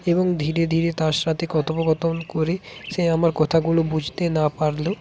এবং ধীরে ধীরে তার সাথে কথোপকথন করে সে আমার কথাগুলো বুঝতে না পারলেও